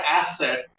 asset